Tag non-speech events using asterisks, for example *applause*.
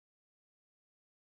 *unintelligible*